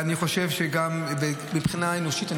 ואני חושב שגם מבחינה אנושית,